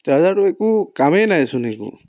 চাৰ্জাৰটো একো কামেই নাইচোন একো